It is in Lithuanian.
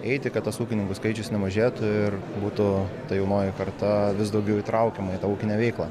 eiti kad tas ūkininkų skaičius nemažėtų ir būtų ta jaunoji karta vis daugiau įtraukiama į tą ūkinę veiklą